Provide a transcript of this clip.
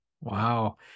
Wow